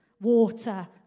water